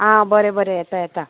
आं बरें बरें येता येता